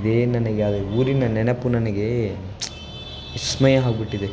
ಇದೇ ನನಗೆ ಅದು ಊರಿನ ನೆನಪು ನನಗೇ ವಿಸ್ಮಯ ಆಗಿಬಿಟ್ಟಿದೆ